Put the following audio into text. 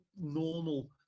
normal